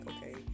okay